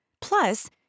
Plus